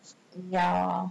ya